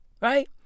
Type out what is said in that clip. right